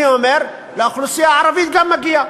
אני אומר, לאוכלוסייה הערבית גם מגיעה